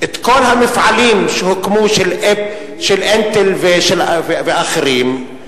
את כל המפעלים שהוקמו, של "אינטל" ואחרים.